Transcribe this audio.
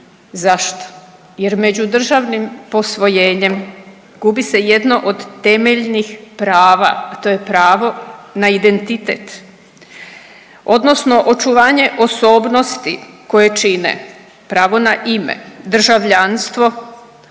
Zašto? Jer međudržavnim posvojenjem gubi se jedno od temeljnih prava, a to je pravo na identitet odnosno očuvanje osobnosti koje čine pravo na ime, državljanstvo,